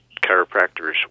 chiropractors